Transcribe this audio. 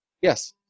yes